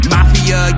Mafia